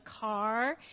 car